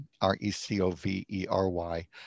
R-E-C-O-V-E-R-Y